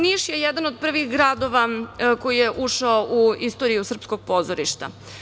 Niš je jedan od prvih gradova koji je ušao u istoriju srpskog pozorišta.